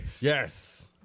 Yes